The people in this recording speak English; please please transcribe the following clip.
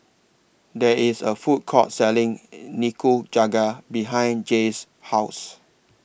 There IS A Food Court Selling Nikujaga behind Jaye's House